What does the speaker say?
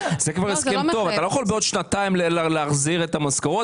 אתה לא יכול בעוד שנתיים להחזיר את המשכורות